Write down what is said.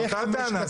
אותה טענה.